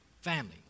family